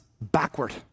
backward